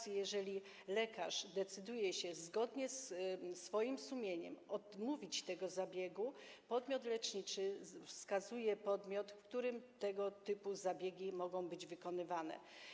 Jeżeli lekarz decyduje się zgodnie z swoim sumieniem odmówić tego zabiegu, podmiot leczniczy wskazuje podmiot, w którym tego typu zabiegi mogą być wykonywane.